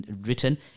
written